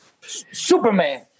Superman